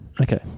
Okay